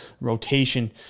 rotation